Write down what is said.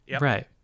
Right